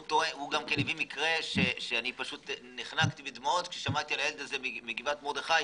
שהוא הביא מקרה שנחנקתי מדמעות כששמעתי על הילד בגבעת מרדכי,